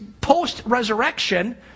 post-resurrection